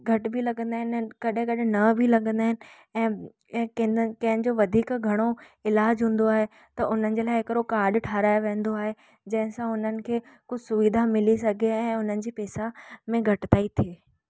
घटि बि लॻंदा इन कॾहिं कॾहिं न बि लॻंदा आहिनि ऐं ऐं कंहिं न कंहिंजो वधीक घणो इलाजु हूंदो आहे त उन्हनि जे लाइ हिकिड़ो कार्ड ठाहिरायो वेंदो आहे जंहिंसां उन्हनि खे कुझु सुविधा मिली सघे ऐं उन्हनि जी पैसा में घटि ताईं थिए